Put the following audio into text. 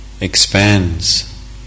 expands